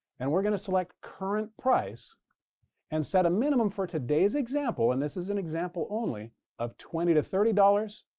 and we're going to select current price and set a minimum for today's example and this is an example only of twenty dollars to thirty dollars,